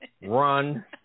run